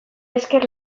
esker